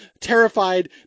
terrified